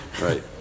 Right